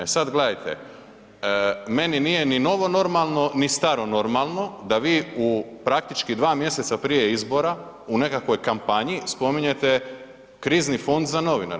E sad gledajte, meni nije ni novo normalno, ni staro normalno da vi u praktički dva mjeseca prije izbora u nekakvoj kampanji spominjete krizni fond za novinare.